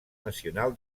nacional